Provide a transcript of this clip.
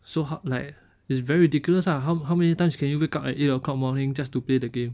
so how like it's very ridiculous lah how how many times can you wake up at eight o'clock morning just to play the game